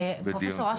פרופ' אש,